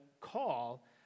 call